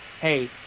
hey